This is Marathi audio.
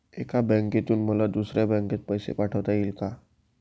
एका बँकेतून मला दुसऱ्या बँकेत पैसे पाठवता येतील का?